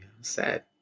Sad